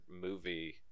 movie